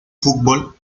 futbol